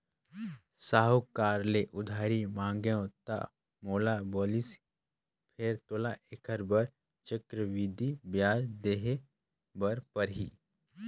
साहूकार ले उधारी मांगेंव त मोला बालिस फेर तोला ऐखर बर चक्रबृद्धि बियाज देहे बर परही